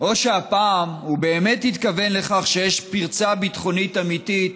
או שהפעם הוא באמת התכוון לכך שיש פרצה ביטחונית אמיתית,